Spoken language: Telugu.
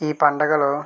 ఈ పండుగలో